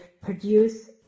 produce